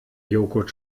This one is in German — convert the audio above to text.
joghurt